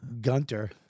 Gunter